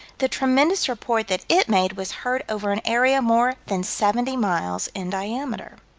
the tremendous report that it made was heard over an area more than seventy miles in diameter.